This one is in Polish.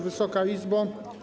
Wysoka Izbo!